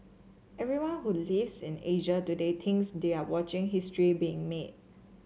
everyone who lives in Asia today thinks they are watching history being made